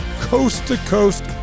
coast-to-coast